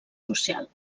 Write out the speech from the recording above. social